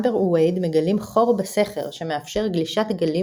אמבר ווייד מגלים חור בסכר שמאפשר גלישת גלים